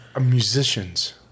musicians